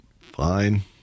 Fine